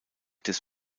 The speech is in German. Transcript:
des